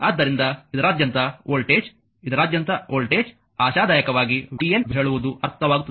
ಆದ್ದರಿಂದ ಇದರಾದ್ಯಂತ ವೋಲ್ಟೇಜ್ ಇದರಾದ್ಯಂತ ವೋಲ್ಟೇಜ್ ಆಶಾದಾಯಕವಾಗಿ vn ಹೇಳುವುದು ಅರ್ಥವಾಗುತ್ತದೆ